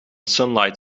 sunlight